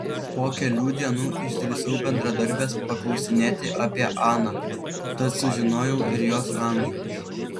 po kelių dienų išdrįsau bendradarbės paklausinėti apie aną tad sužinojau ir jos amžių